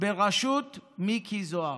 בראשות מיקי זוהר.